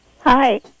Hi